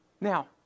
Now